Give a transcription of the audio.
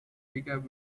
recap